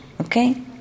okay